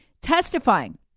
testifying